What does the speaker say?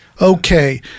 Okay